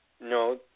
No